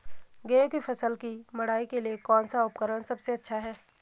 गेहूँ की फसल की मड़ाई के लिए कौन सा उपकरण सबसे अच्छा है?